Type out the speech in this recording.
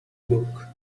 book